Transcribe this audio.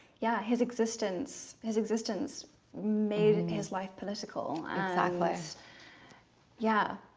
yeah, his existence his existence made in his life political likewise yeah,